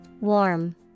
Warm